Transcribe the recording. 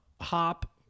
hop